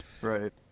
right